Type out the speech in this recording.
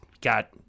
got